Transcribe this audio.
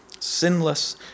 Sinless